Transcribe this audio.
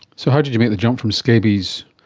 so how did you make the jump from scabies,